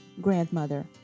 grandmother